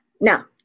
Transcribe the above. now